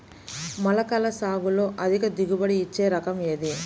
మొలకల సాగులో అధిక దిగుబడి ఇచ్చే రకం ఏది?